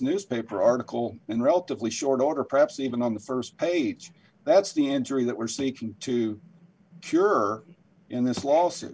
newspaper article in relatively short order perhaps even on the st page that's the injury that we're seeking to cure in this lawsuit